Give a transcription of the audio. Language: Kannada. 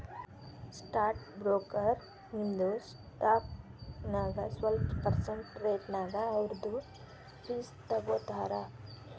ಸ್ಟಾಕ್ ಬ್ರೋಕರ್ ನಿಮ್ದು ಸ್ಟಾಕ್ ನಾಗ್ ಸ್ವಲ್ಪ ಪರ್ಸೆಂಟ್ ರೇಟ್ನಾಗ್ ಅವ್ರದು ಫೀಸ್ ತಗೋತಾರ